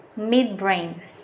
midbrain